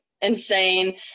insane